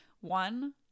One